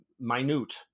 minute